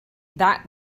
that